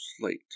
slate